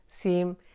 seem